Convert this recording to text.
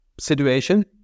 situation